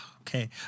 okay